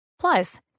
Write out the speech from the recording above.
Plus